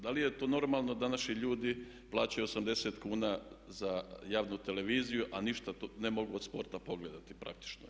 Da li je to normalno da naši ljudi plaćaju 80 kn za javnu televiziju, a ništa ne mogu od sporta pogledati praktično.